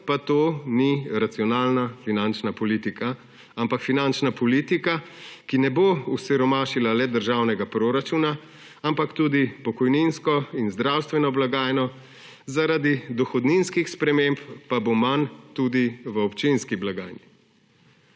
pa to ni racionalna finančna politika, ampak finančna politika, ki ne bo osiromašila le državnega proračuna, temveč tudi pokojninsko in zdravstveno blagajno, zaradi dohodninskih sprememb pa bo manj tudi v občinski blagajni.